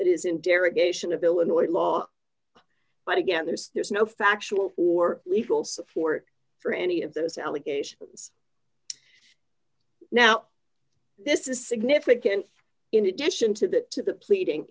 that is in derogation of illinois law but again there's there's no factual or legal support for any of those allegations now this is significant in addition to that to the pleading